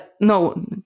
No